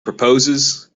proposes